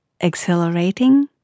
exhilarating